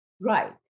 Right